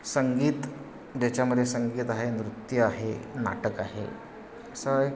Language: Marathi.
संगीत ज्याच्यामध्ये संगीत आहे नृत्य आहे नाटक आहे असा एक